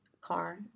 car